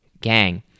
gang